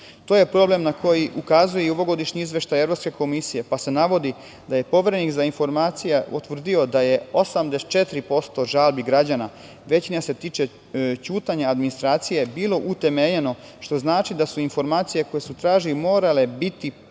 To je problem na koji ukazuje i ovogodišnji Izveštaj Evropske komisije, pa se navodi da je Poverenik za informacije utvrdio da je 84% žalbi građana, a većina se tiče ćutanja administracije, bilo utemeljeno, što znači da su informacije koje su tražili morale biti prosleđene